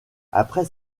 après